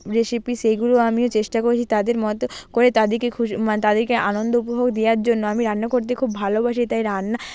recipe সেইগুলো আমিও চেষ্টা করেছি তাদের মতো করে তাদেরকে খুশি মানে তাদেরকে আনন্দ উপভোগ দেওয়ার জন্য আমি রান্না করতে খুব ভালোবাসি তাই রান্না